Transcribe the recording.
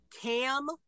cam